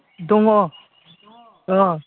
दङ अह